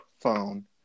phone